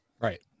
Right